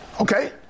Okay